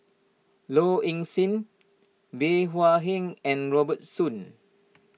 Low Ing Sing Bey Hua Heng and Robert Soon